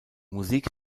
musik